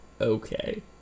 Okay